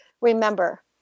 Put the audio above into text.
remember